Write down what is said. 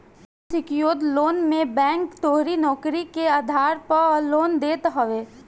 unsecured loan मे bank तोहरी नोकरी के आधार पअ लोन देत हवे